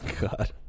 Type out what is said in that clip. God